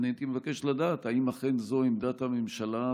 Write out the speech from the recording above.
הייתי מבקש לדעת: האם כאן זאת עמדת הממשלה,